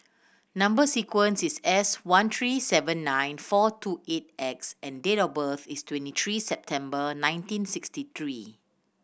number sequence is S one three seven nine four two eight X and date of birth is twenty three September nineteen sixty three